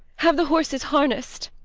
have the horses harnessed.